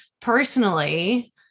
personally